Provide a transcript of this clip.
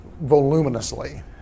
voluminously